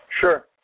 Sure